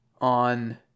on